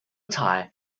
attire